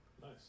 Nice